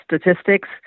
statistics